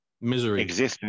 misery